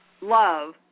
love